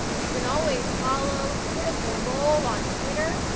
you can always follow critical role on twitter,